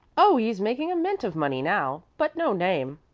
oh, he's making a mint of money now, but no name.